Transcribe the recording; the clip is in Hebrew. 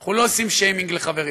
אנחנו לא עושים שיימינג לחברים,